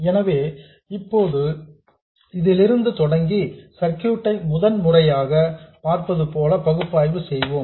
எனவே இப்போது இதிலிருந்து தொடங்கி சர்க்யூட் ஐ முதன்முறையாக பார்ப்பதுபோல் பகுப்பாய்வு செய்வோம்